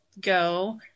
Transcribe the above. go